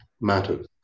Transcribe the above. matters